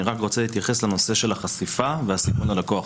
אני רק רוצה להתייחס לנושא של החשיפה ושל הסיכון ללקוח.